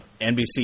NBC